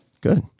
Good